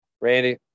Randy